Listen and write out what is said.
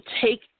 take